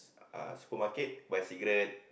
uh supermarket buy cigarette